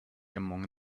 among